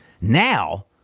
Now